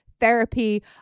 therapy